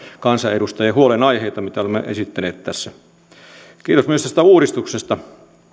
kansanedustajien huolenaiheita mitä olemme esittäneet tässä kiitos myös tästä uudistuksesta